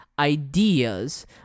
ideas